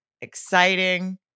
exciting